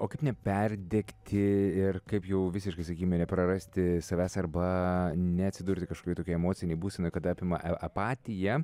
o kaip neperdegti ir kaip jau visiškai sakykime neprarasti savęs arba neatsidurti kažkokioj tokioj emocinėj būsenoj kada apima apatija